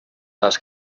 las